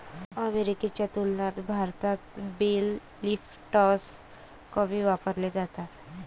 अमेरिकेच्या तुलनेत भारतात बेल लिफ्टर्स कमी वापरले जातात